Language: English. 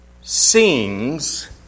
sings